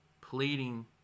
pleading